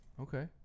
Okay